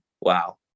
Wow